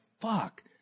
fuck